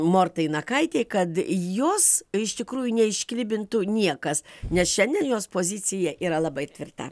mortai nakaitei kad jos iš tikrųjų neišklibintų niekas nes šiandien jos pozicija yra labai tvirta